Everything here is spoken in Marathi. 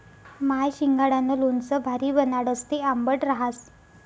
माय शिंगाडानं लोणचं भारी बनाडस, ते आंबट रहास